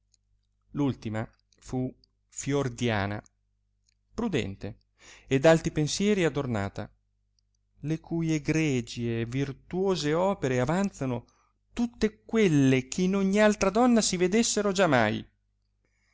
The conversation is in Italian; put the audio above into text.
ultima fu fiordiana prudente e d alti pensieri adornata le cui egregie e virtuose opere avanzano tutte quelle eh in ogn altra donna si vedessero giamai